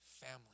family